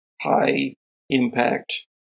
high-impact